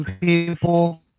people